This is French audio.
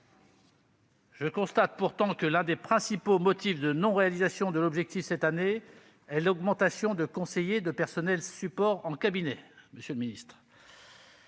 Je constate pourtant que l'un des principaux motifs de non-réalisation de l'objectif cette année est l'augmentation du nombre de conseillers et de personnels supports en cabinet, monsieur le ministre.